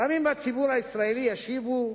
רבים בציבור הישראלי ישיבו,